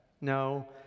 No